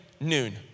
noon